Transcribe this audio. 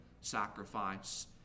sacrifice